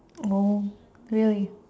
oh really